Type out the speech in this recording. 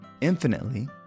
infinitely